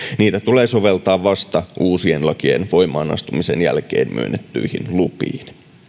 niitä tulee soveltaa vasta uusien lakien voimaan astumisen jälkeen myönnettyihin lupiin